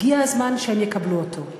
הגיע הזמן שהם יקבלו אותו.